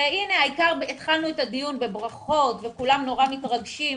והנה העיקר התחלנו את הדיון בברכות וכולם נורא מתרגשים.